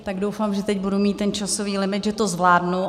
Tak doufám, že teď budu mít časový limit, že to zvládnu.